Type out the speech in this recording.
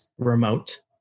remote